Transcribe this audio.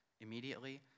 Immediately